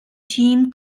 team